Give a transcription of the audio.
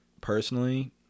personally